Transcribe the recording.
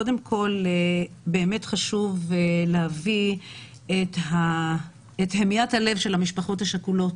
קודם כל באמת חשוב להביא את המיית הלב של המשפחות השכולות